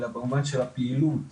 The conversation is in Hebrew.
אלא במובן של הפעילות